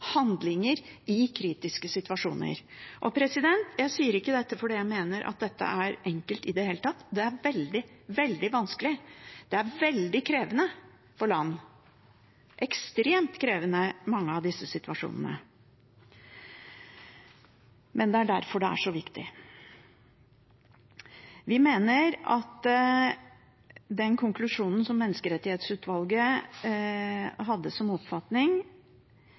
handlinger i kritiske situasjoner. Jeg sier ikke dette fordi jeg mener det er enkelt – ikke i det hele tatt. Det er veldig, veldig vanskelig. Det er veldig krevende for land. Mange av disse situasjonene er ekstremt krevende. Men det er derfor det er så viktig. Vi mener at den konklusjonen og den oppfatningen menneskerettighetsutvalget hadde,